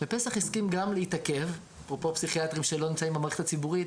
ופסח גם הסכים להתעכב אפרופו פסיכיאטרים שלא נמצאים במערכת הציבורית,